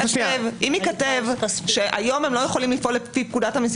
אם ייכתב שהיום הם לא יכולים לפעול לפי פקודת המיסים